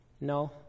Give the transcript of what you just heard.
no